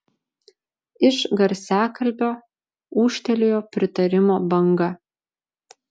iš garsiakalbio ūžtelėjo pritarimo banga